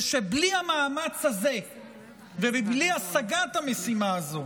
ושבלי המאמץ הזה ובלי השגת המשימה הזו